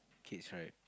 kids right